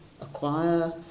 acquire